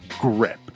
grip